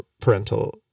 parental